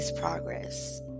progress